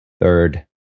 third